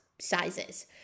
sizes